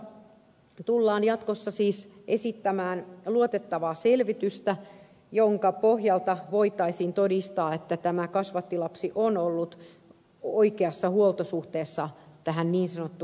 kasvattilasten osalta tullaan jatkossa siis esittämään luotettavaa selvitystä jonka pohjalta voitaisiin todistaa että tämä kasvattilapsi on ollut oikeassa huoltosuhteessa tähän niin sanottuun perheenkokoajaan